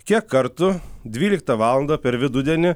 kiek kartu dvyliktą valandą per vidudienį